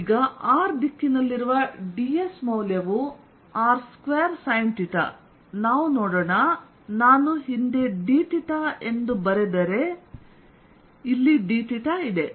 ಆದ್ದರಿಂದ r ದಿಕ್ಕಿನಲ್ಲಿರುವ ds ಮೌಲ್ಯವು r2sinθ ನಾವು ನೋಡೋಣ ನಾನುಹಿಂದೆ dθಎಂದು ಬರೆದರೆ ಇಲ್ಲಿ dಇದೆ